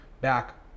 back